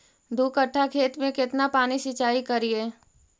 दू कट्ठा खेत में केतना पानी सीचाई करिए?